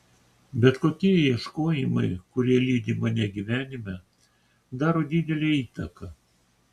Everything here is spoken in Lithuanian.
bet kokie ieškojimai kurie lydi mane gyvenime daro didelę įtaką